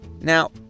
Now